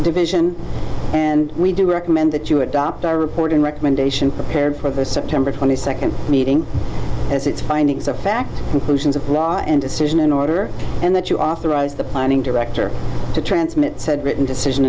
division and we do recommend that you adopt our reporting recommendation prepared for the september twenty second meeting as its findings of fact inclusions of law and decision in order and that you authorize the planning director to transmit said written decision